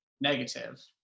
negative